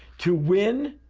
to win,